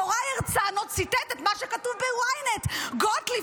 יוראי הרצנו ציטט את מה שכתוב ב-ynet: גוטליב